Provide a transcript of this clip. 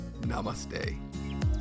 namaste